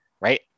right